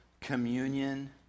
communion